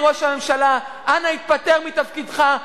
אדוני ראש הממשלה, אנא התפטר מתפקידך.